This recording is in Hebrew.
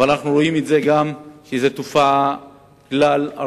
אבל אנחנו רואים שגם זאת תופעה כלל-ארצית.